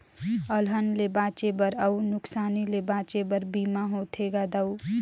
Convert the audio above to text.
अलहन ले बांचे बर अउ नुकसानी ले बांचे बर बीमा होथे गा दाऊ